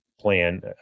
plan